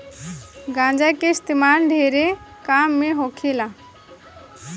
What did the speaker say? गांजा के इस्तेमाल ढेरे काम मे होखेला